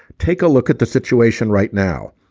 take a look at the situation right now.